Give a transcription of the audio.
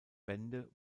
wende